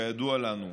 כידוע לנו,